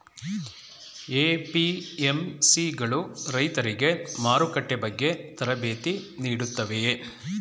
APMC ಗಳು ರೈತರಿಗೆ ಮಾರುಕಟ್ಟೆ ಬಗ್ಗೆ ತರಬೇತಿ ನೀಡುತ್ತವೆಯೇ?